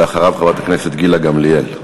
ואחריו, חברת הכנסת גילה גמליאל.